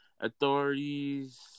authorities